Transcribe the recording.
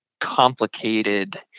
complicated